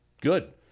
good